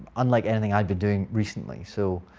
unlike anything i'd been doing recently, so.